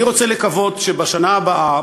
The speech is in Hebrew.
אני רוצה לקוות שבשנה הבאה,